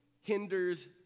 hinders